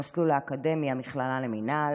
המסלול האקדמי למכללה למינהל,